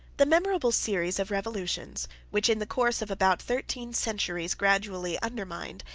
the memorable series of revolutions, which in the course of about thirteen centuries gradually undermined,